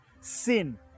sin